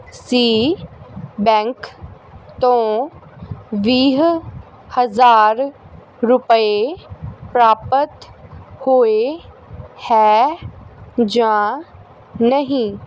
ਸੀ bank ਤੋਂ ਵੀਹ ਹਜ਼ਾਰ ਰੁਪਏ ਪ੍ਰਾਪਤ ਹੋਏ ਹੈ ਜਾਂ ਨਹੀਂ